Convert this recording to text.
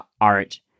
art